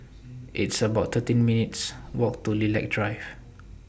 It's about thirteen minutes' Walk to Lilac Drive